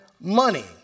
money